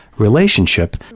relationship